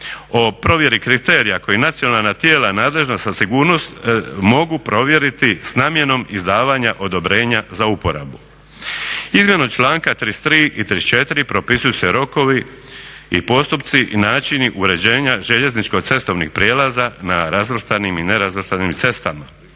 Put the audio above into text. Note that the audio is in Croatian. o provjeri kriterija koja nacionalna tijela nadležna sa sigurnošću mogu provjeriti sa namjenom izdavanja odobrenja za uporabu. Izmjenom članka 33. i 34. propisuju se rokovi i postupci i načini uređenja željezničko cestovnih prijelaza na razvrstanim i ne razvrstanim cestama.